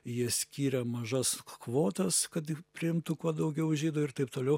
jie skyrė mažas kvotas kad priimtų kuo daugiau žydų ir taip toliau